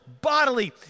bodily